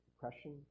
depression